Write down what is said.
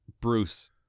Bruce